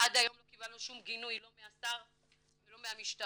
עד היום לא קיבלנו שום גינוי לא מהשר ולא מהמשטרה,